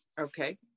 Okay